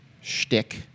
shtick